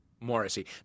Morrissey